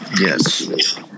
Yes